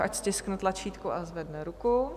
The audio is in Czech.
Ať stiskne tlačítko a zvedne ruku.